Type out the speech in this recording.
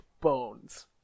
bones